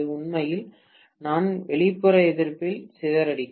இது உண்மையில் நான் வெளிப்புற எதிர்ப்பில் சிதறடிக்கும்